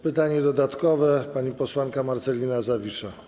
Pytanie dodatkowe zada pani posłanka Marcelina Zawisza.